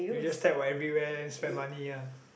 you just tap what everywhere then spend money ah